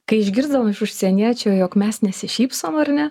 kai išgirsdavom iš užsieniečio jog mes nesišypsom ar ne